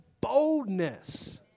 boldness